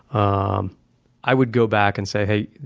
um i would go back and say, hey,